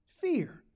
Fear